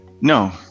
No